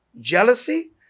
Jealousy